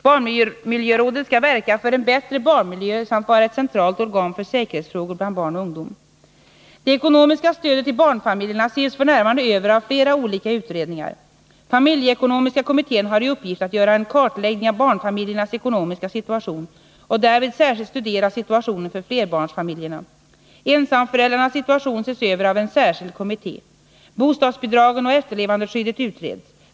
Barnmiljörådet skall verka för en bättre barnmiljö samt vara ett centralt organ för säkerhetsfrågor bland barn och ungdom. Det ekonomiska stödet till barnfamiljerna ses f. n. över av flera olika utredningar. Familjeekonomiska kommittén har i uppgift att göra en kartläggning av barnfamiljernas ekonomiska situation och därvid särskilt studera situationen för flerbarnsfamiljerna. Ensamföräldrarnas situation ses över av en särskild kommitté. Bostadsbidragen och efterlevandeskyddet utreds.